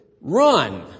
Run